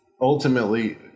ultimately